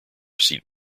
seat